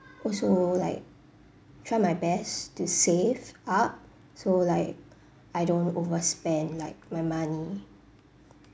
also like try my best to save up so like I don't overspend like my money